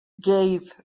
gave